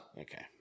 Okay